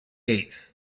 eighth